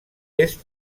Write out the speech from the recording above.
est